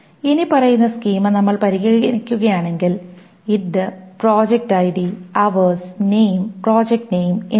ഇനിപ്പറയുന്ന സ്കീമ നമ്മൾ പരിഗണിക്കുകയാണെങ്കിൽ id proj id hours name project name എന്നിവ